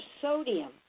sodium